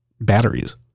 batteries